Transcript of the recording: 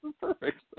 perfect